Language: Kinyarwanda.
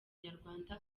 nyarwanda